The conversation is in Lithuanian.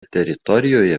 teritorijoje